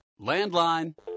Landline